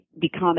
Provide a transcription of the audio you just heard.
become